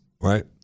right